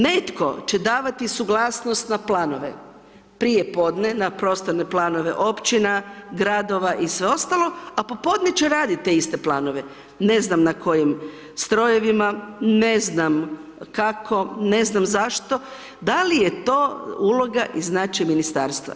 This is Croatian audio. Netko će davati suglasnost na planove prije podne na prostorne planove općina, gradova i sve ostalo, a popodne će raditi te iste planove, ne znam na kojim strojevima, ne znam kako, ne znam zašto, da li je to uloga i značaj Ministarstva?